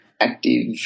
active